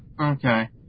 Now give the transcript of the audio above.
Okay